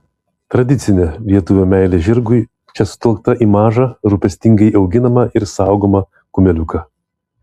tradicinė lietuvio meilė žirgui čia sutelkta į mažą rūpestingai auginamą ir saugomą kumeliuką